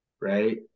right